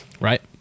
right